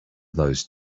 those